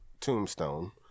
tombstone